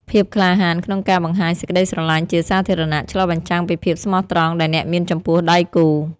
ភាពក្លាហានក្នុងការបង្ហាញសេចក្ដីស្រឡាញ់ជាសាធារណៈ ឆ្លុះបញ្ចាំងពីភាពស្មោះត្រង់ដែលអ្នកមានចំពោះដៃគូ។